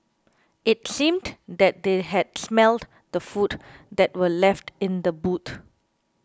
it seemed that they had smelt the food that were left in the boot